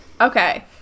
Okay